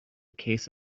case